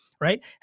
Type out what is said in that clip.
right